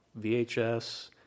VHS